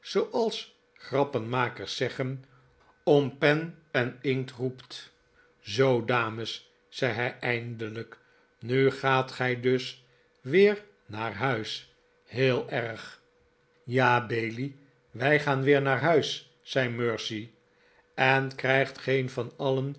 zooals grappenmakers zeggen om pen en inkt roept zoo dames zei hij eindelijk nu gaat gij dus weer naar huis heel erg ja bailey wij gaan weer naar huis zei mercy en krijgt geeh van alien